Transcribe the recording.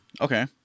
Okay